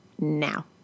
now